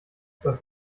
zwar